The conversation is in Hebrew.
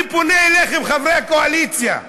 אני פונה אליכם, חברי הקואליציה,